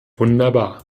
wunderbar